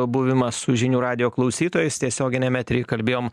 buvimą su žinių radijo klausytojais tiesioginiam etery kalbėjom